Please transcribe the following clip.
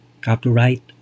Copyright